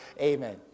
Amen